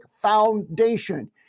foundation